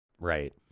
Right